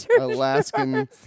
Alaskan